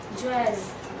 dress